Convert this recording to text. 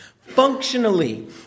Functionally